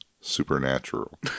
supernatural